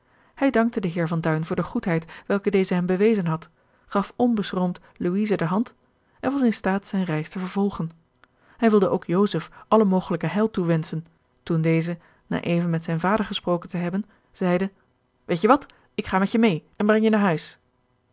hij dankte den heer van duin voor de goedheid welke deze hem bewezen had gaf onbeschroomd louise de hand en was in staat zijne reis te vervolgen hij wilde ook joseph alle mogelijke heil toewenschen toen deze na even met zijn vader gesproken te hebben zeide weet je wat ik ga met je meê en breng je naar huis